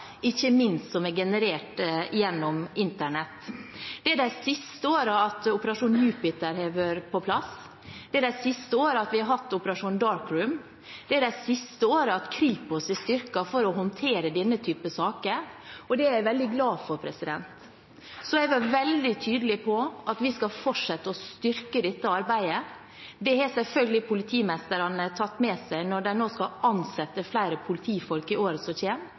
ikke minst som er generert gjennom Internett. Det er de siste årene Operasjon Jupiter har vært på plass, det er de siste årene vi har hatt Operasjon Dark Room, det er de siste årene Kripos er styrket for å håndtere denne typen saker – og det er jeg veldig glad for. Så har jeg vært veldig tydelig på at vi skal fortsette å styrke dette arbeidet. Det har selvfølgelig politimesterne tatt med seg når de nå skal ansette flere politifolk i året som